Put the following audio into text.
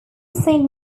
saint